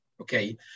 Okay